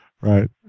Right